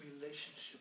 relationship